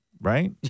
Right